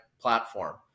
platform